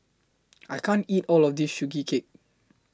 I can't eat All of This Sugee Cake